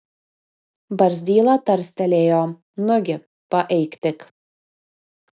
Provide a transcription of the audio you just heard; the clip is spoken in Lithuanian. barzdyla tarstelėjo nugi paeik tik